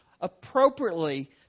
appropriately